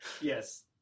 Yes